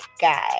guy